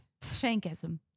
Shankism